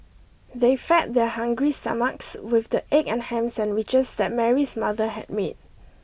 they fed their hungry stomachs with the egg and ham sandwiches that Mary's mother had made